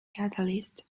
catalyst